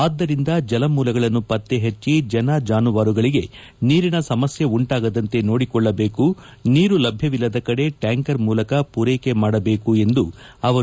ಆದ್ದರಿಂದ ಜಲಮೂಲಗಳನ್ನು ಪತ್ತೆ ಪಟ್ಟ ಜನ ಜಾನುವಾರುಗಳಿಗೆ ನೀರಿನ ಸಮಸ್ಯೆ ಉಂಟಾಗದಂತೆ ನೋಡಿಕೊಳ್ಳಬೇಕು ನೀರು ಲಭ್ಯವಿಲ್ಲದ ಕಡೆ ಟ್ಯಾಂಕರ್ ಮೂಲಕ ಪೂರೈಕೆ ಮಾಡಬೇಕು ಎಂದರು